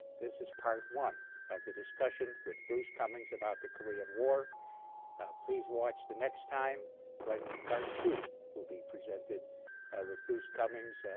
this is part one of the discussion with bruce cumings about the korean war please watch the next time when part two will be presented with bruce cumings ah.